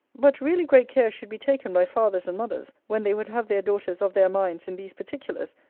but really great care should be taken by fathers and mothers, when they would have their daughters of their minds in these particulars,